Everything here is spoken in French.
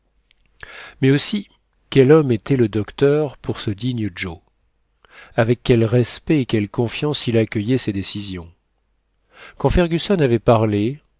mais aussi quel homme était le docteur pour ce digne joe avec quel respect et quelle confiance il accueillait ses décisions quand fergusson avait parlé